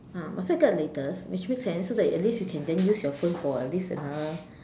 ah might as well get the latest which makes sense so that at least you can then use your phone for at least another